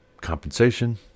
compensation